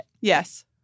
Yes